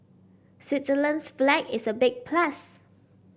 Switzerland's flag is a big plus